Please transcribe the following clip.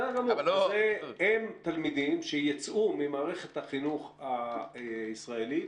הם תלמידים שייצאו ממערכת החינוך הישראלית